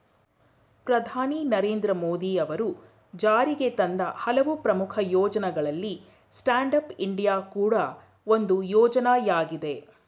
ಪ್ರಧಾನಿ ನರೇಂದ್ರ ಮೋದಿ ಅವರು ಜಾರಿಗೆತಂದ ಹಲವು ಪ್ರಮುಖ ಯೋಜ್ನಗಳಲ್ಲಿ ಸ್ಟ್ಯಾಂಡ್ ಅಪ್ ಇಂಡಿಯಾ ಕೂಡ ಒಂದು ಯೋಜ್ನಯಾಗಿದೆ